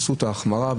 בחסות ההחמרה,